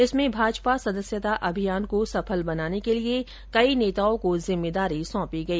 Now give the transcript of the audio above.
इसमें भाजपा सदस्यता अभियान को सफल बनाने के लिये कई नेताओं को जिम्मेदारी सौंपी गई